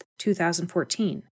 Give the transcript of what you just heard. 2014